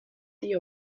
the